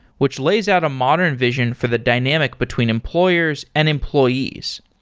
which lays out a modern vision for the dynamic between employers and employees.